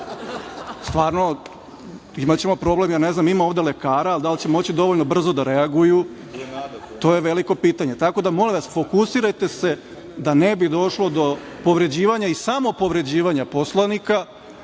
se neko. Imaćemo problem, ja ne znam, ima ovde lekara, ali dal će moći dovoljno brzo da reaguju, to je veliko pitanje i ja vas molim da se fokusirate, da ne bi došlo do povređivanja i samopovređivanja poslanika